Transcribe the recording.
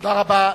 תודה רבה.